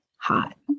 hot